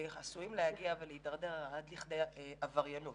ועשויים להידרדר עד כדי עבריינות.